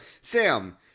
Sam